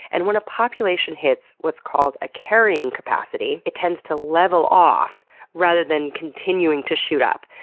and when a population hits what's called a carrying capacity, it tends to level off rather than continuing to shoot up.